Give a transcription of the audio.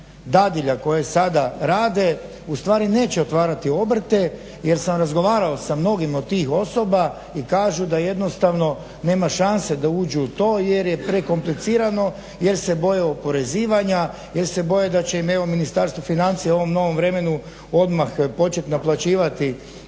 dadilja koje sada rade ustvari neće otvarati obrte jer sam razgovarao sa mnogim od tih osoba i kažu da jednostavno nema šanse da uđu u to jer je prekomplicirano, jer se boje oporezivanja, jer se boje da će im evo Ministarstvo financija u ovom novom vremenu odmah početi naplaćivati